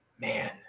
Man